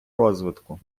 розвитку